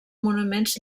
monuments